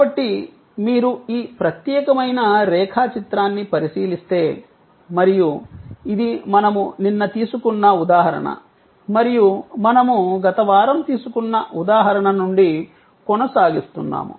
కాబట్టి మీరు ఈ ప్రత్యేకమైన రేఖాచిత్రాన్ని పరిశీలిస్తే మరియు ఇది మనము నిన్న తీసుకున్న ఉదాహరణ మరియు మనము గత వారం తీసుకున్న ఉదాహరణ నుండి కొనసాగిస్తున్నాము